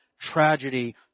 tragedy